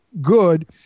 good